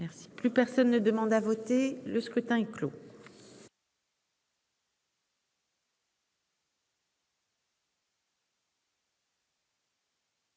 Merci. Plus personne ne demande à voter le scrutin est clos.